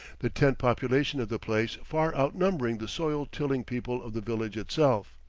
the tent population of the place far outnumbering the soil-tilling people of the village itself.